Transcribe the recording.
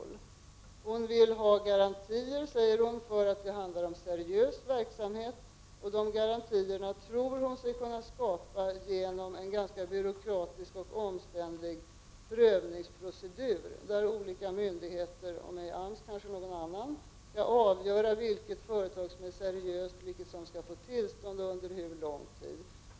14 november 1989 Hon vill ha garantier för att det handlar om seriös verksamhet, ochdega= rantierna tror hon sig kunna skapa genom en ganska byråkratisk och omständlig prövningsprocedur, där olika myndigheter, kanske AMS, skall avgöra vilket företag som är seriöst, som skall få tillstånd och under hur lång tid.